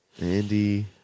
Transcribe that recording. Andy